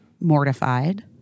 mortified